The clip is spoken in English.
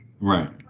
Right